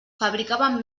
fabricaven